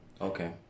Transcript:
Okay